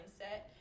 mindset